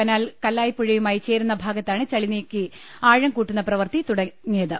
canal കല്ലായ്പുഴയുമായി ചേരുന്ന ഭാഗത്താണ് ചളി നീക്കി ആഴം കൂട്ടുന്ന പ്രവൃത്തി തുടങ്ങിയത്